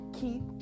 keep